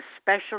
special